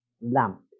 lamp